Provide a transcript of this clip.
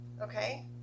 Okay